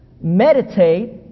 Meditate